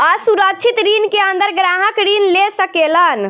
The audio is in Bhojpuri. असुरक्षित ऋण के अंदर ग्राहक ऋण ले सकेलन